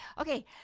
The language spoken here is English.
Okay